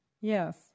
yes